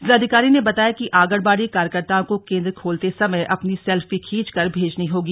जिलाधिकारी ने बताया कि आंगनबाडी कार्यकर्ताओं को केन्द्र खोलते समय अपनी सेल्फी खींच कर भेजनी होगी